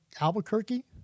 Albuquerque